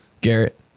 Garrett